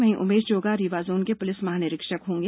वहीं उमेश जोगा रीवा जोन के पुलिस महानिरीक्षक होंगे